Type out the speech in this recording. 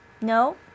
No